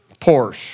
Porsche